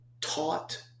taught